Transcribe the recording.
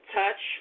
touch